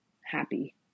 happy